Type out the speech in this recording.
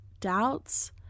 doubts